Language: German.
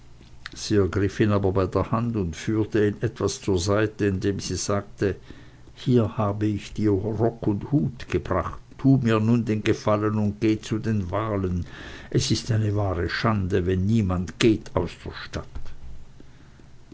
ihn aber bei der hand und führte ihn etwas zur seite indem sie sagte hier habe ich dir rock und hut gebracht nun tu mir den gefallen und geh zu den wahlen es ist eine wahre schande wenn niemand geht aus der stadt